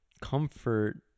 comfort